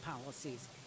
policies